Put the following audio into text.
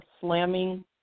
slamming